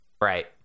right